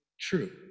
true